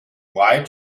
white